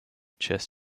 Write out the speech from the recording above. chess